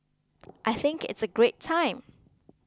I think it's a great time